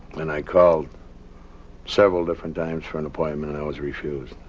and i called several different times for an appointment and i was refused.